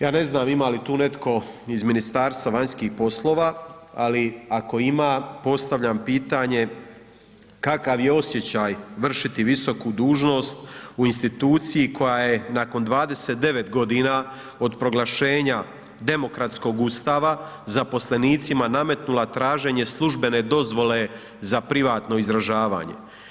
Ja ne znam ima li tu netko iz Ministarstva vanjskih poslova ali ako ima postavljam pitanje kakav je osjećaj vršiti visoku dužnost u instituciji koaj je nakon 29 godina od proglašenja demokratskog Ustava zaposlenicima nametnula traženje službene dozvole za privatno izražavanje.